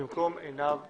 במקום חכ"ל עינב קאבלה.